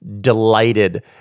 delighted